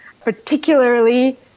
particularly